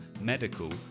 medical